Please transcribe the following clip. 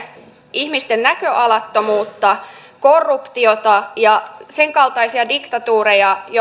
ihmisten näköalattomuutta korruptiota ja sen kaltaisia diktatuureja